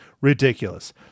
ridiculous